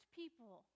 people